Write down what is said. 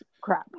crap